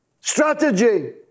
strategy